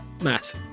Matt